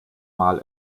mal